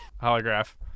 Holograph